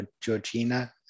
Georgina